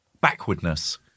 Backwardness